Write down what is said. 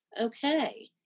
Okay